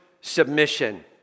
submission